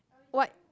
what